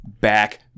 back